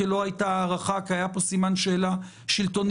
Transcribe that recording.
בגלל שלא הייתה הארכה כי היה פה סימן שאלה שלטוני,